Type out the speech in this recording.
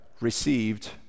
received